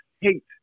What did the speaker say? hate